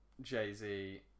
Jay-Z